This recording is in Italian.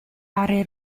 aree